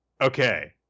Okay